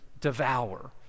devour